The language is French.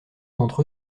d’entre